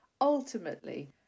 ultimately